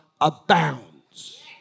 abounds